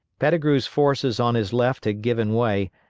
pettigrew's forces on his left had given way,